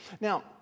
Now